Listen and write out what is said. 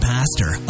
Pastor